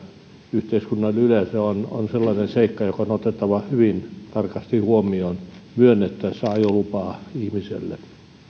yhteiskunnalle yleensä on on sellainen seikka joka on otettava hyvin tarkasti huomioon myönnettäessä ajolupaa ihmiselle